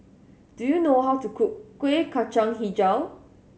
do you know how to cook Kuih Kacang Hijau